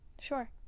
Sure